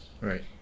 Right